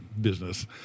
Business